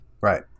Right